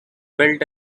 felt